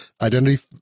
identity